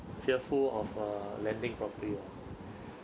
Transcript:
fearful of uh landing properly ah